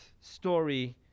story